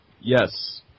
yes